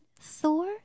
Thor